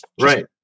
Right